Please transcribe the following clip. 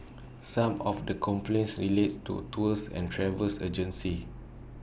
some of the complaints relate to tours and travel agencies